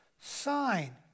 sign